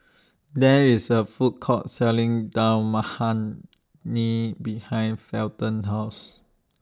There IS A Food Court Selling Dal Makhani behind Felton's House